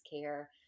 care